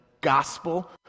gospel